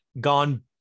gone